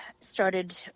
started